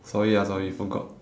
sorry ah sorry forgot